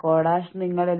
സംഘടനാ ഘടകങ്ങൾ